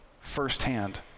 firsthand